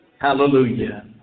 Hallelujah